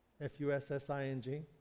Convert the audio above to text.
F-U-S-S-I-N-G